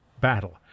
battle